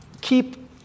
keep